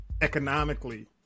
economically